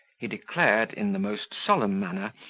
he declared, in the most solemn manner,